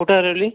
कुठं हरवली